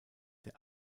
der